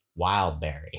Wildberry